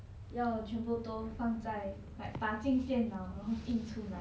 要全部都放在 like 打进电脑然后印出来